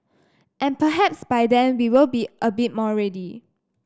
and perhaps by then we will be a bit more ready